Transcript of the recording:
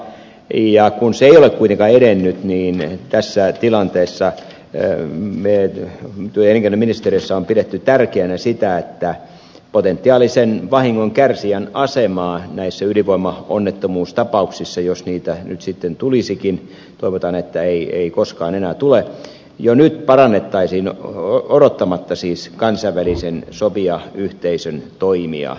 ja kun se ei ole kuitenkaan edennyt niin tässä tilanteessa me työ ja elinkeinoministeriössä olemme pitäneet tärkeänä sitä että potentiaalisen vahingonkärsijän asemaa näissä ydinvoimaonnettomuustapauksissa jos niitä nyt sitten tulisikin toivotaan että ei koskaan enää tule jo nyt parannettaisiin odottamatta siis kansainvälisen sopijayhteisön toimia